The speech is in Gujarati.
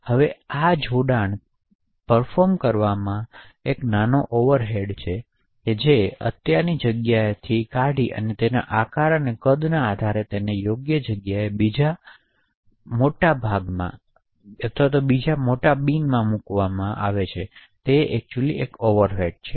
તેથી આ જોડાણ પર્ફોર્મ કરવામાં પણ નાનો ઓવરહેડ હોય છે જે અત્યારની જ્ગ્યાએ થી કાઢી ને આકદ પર આધાર રાખીને યોગ્ય બિન મોટા ભાગમાં મૂકવાનો ઓવરહેડ છે